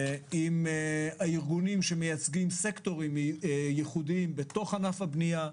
עם הארגונים שמייצגים סקטורים ייחודיים בתוך ענף הבניה.